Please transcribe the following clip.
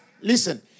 listen